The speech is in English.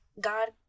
God